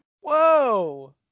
Whoa